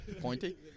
Pointy